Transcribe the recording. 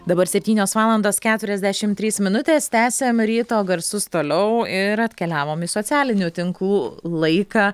dabar septynios valandos keturiasdešimt trys minutės tęsiam ryto garsus toliau ir atkeliavome į socialinių tinklų laiką